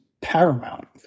paramount